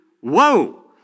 whoa